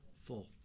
Full